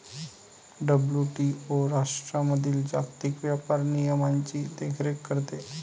WTO राष्ट्रांमधील जागतिक व्यापार नियमांची देखरेख करते